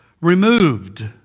removed